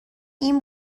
این